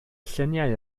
lluniau